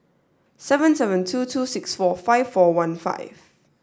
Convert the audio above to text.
seven seven two two six four five four one five